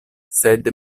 sed